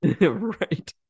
Right